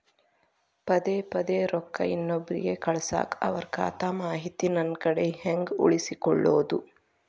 ಪದೆ ಪದೇ ರೊಕ್ಕ ಇನ್ನೊಬ್ರಿಗೆ ಕಳಸಾಕ್ ಅವರ ಖಾತಾ ಮಾಹಿತಿ ನನ್ನ ಕಡೆ ಹೆಂಗ್ ಉಳಿಸಿಕೊಳ್ಳೋದು?